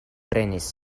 prenis